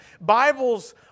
Bibles